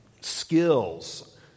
skills